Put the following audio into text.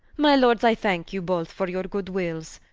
my lords, i thanke you both for your good wills,